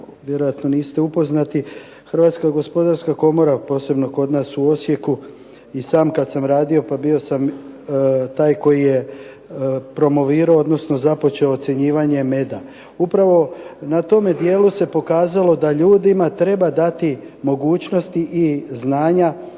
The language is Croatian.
vjerojatno niste upoznati, HGK posebno kod nas u Osijeku i sam kad sam radio pa bio sam taj koji je promovirao, odnosno započeo ocjenjivanje meda. Upravo na tome dijelu se pokazalo da ljudima treba dati mogućnosti i znanja